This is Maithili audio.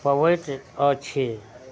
पबैत अछि